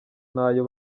ntayo